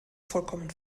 vollkommen